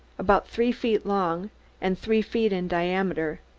about three feet long and three feet in diameter,